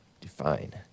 Define